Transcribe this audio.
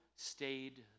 stayed